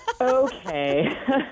Okay